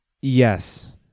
yes